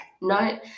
no